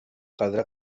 caldrà